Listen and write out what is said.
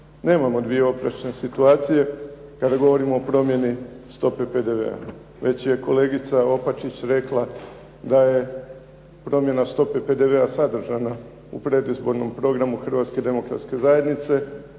Nemamo dvije oprečne situacije kada govorimo o promjeni stope PDV-a, već je kolegica Opačić rekla da je promjena stope PDV-a sadržana u predizbornom programu Hrvatske demokratske zajednice,